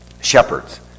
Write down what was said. Shepherds